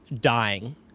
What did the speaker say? dying